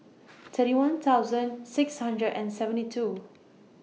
thirty one thousand six hundred and seventy two